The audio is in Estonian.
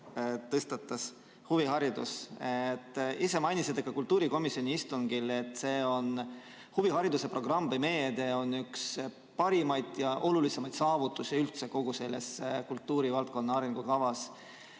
tõstatas: huviharidus. Te ise mainisite ka kultuurikomisjoni istungil, et see huvihariduse programm või meede on üks parimaid ja olulisemaid saavutusi üldse kogu selle kultuurivaldkonna arengukava